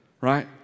right